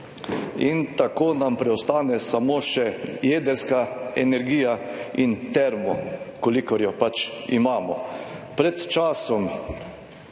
in tako nam preostane samo še jedrska energija in termo, kolikor jo pač imamo. Pred časom